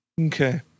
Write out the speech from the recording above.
Okay